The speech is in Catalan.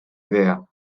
idea